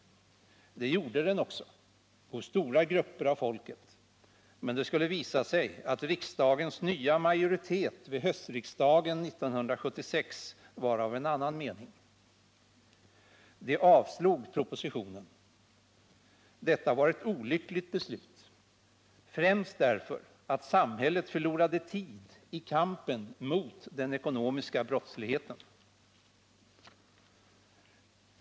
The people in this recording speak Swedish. Det gjorde den också hos stora grupper av folket, men det skulle visa sig att riksdagens nya majoritet vid höstriksdagen 1976 var av en annan mening. Den avslog propositionen. Detta var ett olyckligt beslut, främst därför att samhället förlorade tid i kampen mot den ekonomiska brottsligheten.